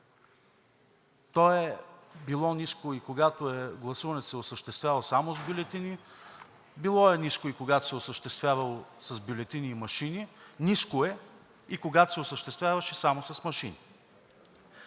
То е било ниско и когато гласуването се е осъществявало само с бюлетини. Било е ниско и когато се е осъществявало с бюлетини и машини. Ниско е и когато се осъществяваше само с машини.